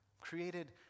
created